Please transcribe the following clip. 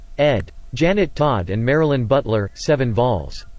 ed. janet todd and marilyn butler. seven vols.